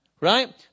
Right